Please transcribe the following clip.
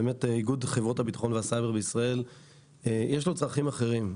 איגוד חברות הביטחון והסייבר בישראל יש לו צרכים אחרים.